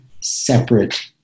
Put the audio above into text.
separate